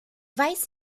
weiß